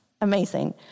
Amazing